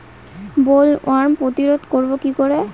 Bollworm প্রতিরোধ করব কি করে?